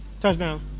Touchdown